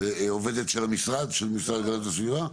עובדת של המשרד, של משרד הגנת הסביבה?